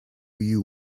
you